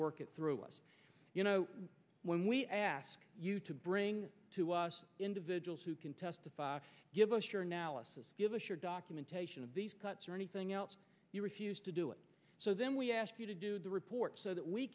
work it through us you know when we ask you to bring to us individuals who can testify give us your analysis give us your documentation of these cuts or anything else you refused to do it so then we ask you to do the report so that we